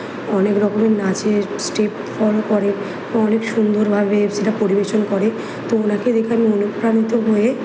অনেক রকমের নাচের স্টেপ ফলো করে ও অনেক সুন্দরভাবে সেটা পরিবেশন করে তো ওঁকে দেখে আমি অনুপ্রাণিত হয়ে